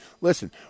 listen